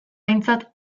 aintzat